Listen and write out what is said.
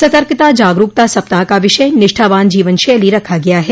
सतर्कता जागरूकता सप्ताह का विषय निष्ठावान जीवन शैली रखा गया है